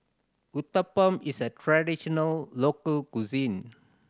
uthapam is a traditional local cuisine